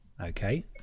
Okay